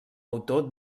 autor